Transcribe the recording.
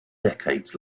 decades